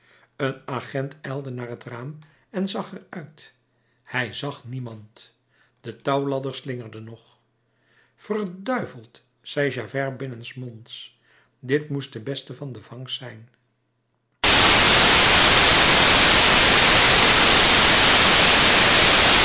een agent ijlde naar het raam en zag er uit hij zag niemand de touwladder slingerde nog verduiveld zei javert binnensmonds dit moest de beste van de vangst zijn